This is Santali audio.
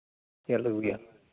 ᱪᱟᱹᱞᱩᱜ ᱜᱮᱭᱟ